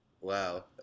Wow